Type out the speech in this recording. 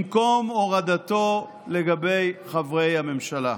במקום הורדתו לגבי חברי הממשלה?